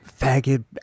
faggot